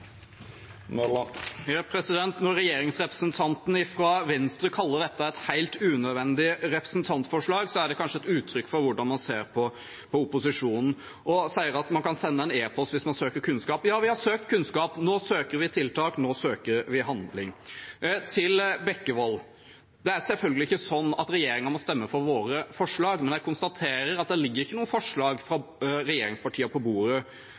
Når representanten fra regjeringspartiet Venstre kaller dette «et helt unødvendig representantforslag», er det kanskje et uttrykk for hvordan man ser på opposisjonen. Han sier at man kan sende en e-post hvis man søker kunnskap. Ja, vi har søkt kunnskap, nå søker vi tiltak. Nå søker vi handling. Til representanten Bekkevold: Det er selvfølgelig ikke slik at regjeringspartiene må stemme for våre forslag, men jeg konstaterer at det ikke ligger noen fra regjeringspartiene på bordet.